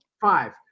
Five